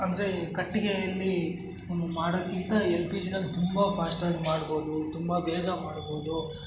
ಅಂದರೆ ಕಟ್ಟಿಗೆಯಲ್ಲಿ ಮಾಡೋಕ್ಕಿಂತ ಎಲ್ ಪಿ ಜಿಯಲ್ಲಿ ತುಂಬ ಫಾಸ್ಟಾಗಿ ಮಾಡ್ಬೌದು ತುಂಬ ಬೇಗ ಮಾಡ್ಬೌದು